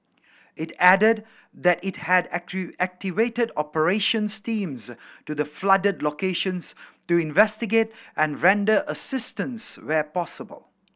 it added that it had activated operations teams to the flooded locations to investigate and render assistance where possible